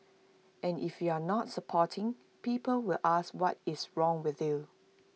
and if you are not supporting people will ask what is wrong with you